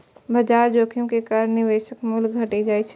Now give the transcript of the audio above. बाजार जोखिम के कारण निवेशक मूल्य घटि जाइ छै